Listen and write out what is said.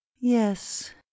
yes